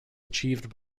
achieved